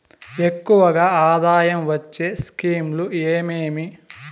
ఎక్కువగా ఆదాయం వచ్చే స్కీమ్ లు ఏమేమీ?